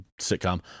sitcom